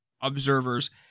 observers